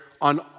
on